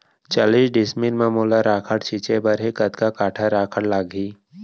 चालीस डिसमिल म मोला राखड़ छिंचे बर हे कतका काठा राखड़ लागही?